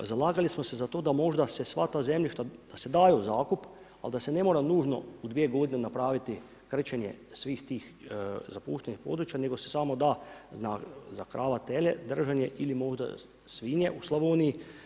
Pa zalagali smo se za to da možda se sva ta zemljišta se daju u zakup, ali da se ne mora nužno u dvije godine napraviti krčenje svih tih zapuštenih područja, nego se samo da za krava, tele držanje ili možda svinje u Slavoniji.